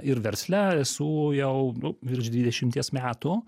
ir versle esu jau nu virš dvidešimies metų